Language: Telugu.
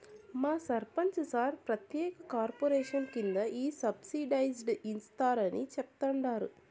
మా సర్పంచ్ సార్ ప్రత్యేక కార్పొరేషన్ కింద ఈ సబ్సిడైజ్డ్ ఇస్తారని చెప్తండారు